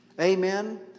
Amen